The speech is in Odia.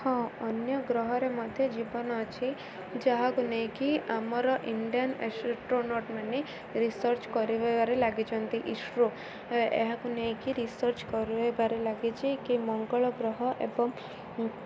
ହଁ ଅନ୍ୟ ଗ୍ରହରେ ମଧ୍ୟ ଜୀବନ ଅଛି ଯାହାକୁ ନେଇକି ଆମର ଇଣ୍ଡିଆନ୍ ଆଷ୍ଟ୍ରୋନଟ୍ ମାନେ ରିସର୍ଚ୍ଚ କରିବାରେ ଲାଗିଛନ୍ତି ଇସ୍ରୋ ଏହାକୁ ନେଇକି ରିସର୍ଚ୍ଚ କରାଇବାରେ ଲାଗିଛି କି ମଙ୍ଗଳ ଗ୍ରହ ଏବଂ